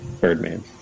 Birdman